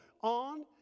on